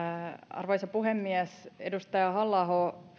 arvoisa puhemies edustaja halla aho